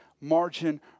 margin